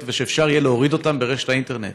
שאפשר יהיה להוריד אותם ברשת האינטרנט.